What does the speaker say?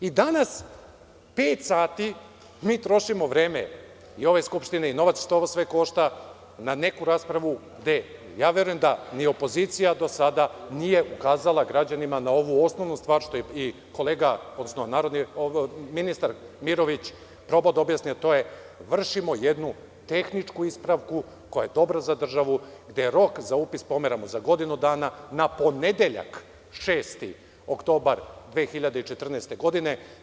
Danas, pet sati mi trošimo vreme ove skupštine, novac, sve ovo košta, na neku raspravu gde, ja verujem, ni opozicija do sada nije ukazala građanima na ovu osnovnu stvar, što i kolega, odnosno ministar Mirović, probao da objasni, a to je vršimo jednu tehničku ispravku koja je dobra za državu, gde rok za upis pomeramo za godinu dana, na ponedeljak 6. oktobar 2014. godine.